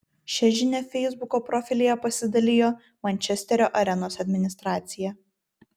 šia žinia feisbuko profilyje pasidalijo mančesterio arenos administracija